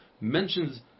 mentions